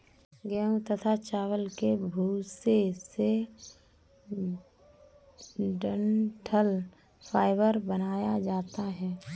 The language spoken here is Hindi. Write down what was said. गेहूं तथा चावल के भूसे से डठंल फाइबर बनाया जाता है